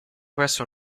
presso